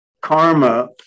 karma